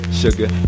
sugar